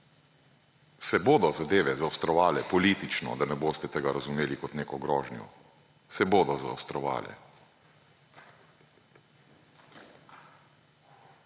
se bodo zadeve zaostrovale politično, da ne boste tega razumeli kot neko grožnjo, se bodo zaostrovale.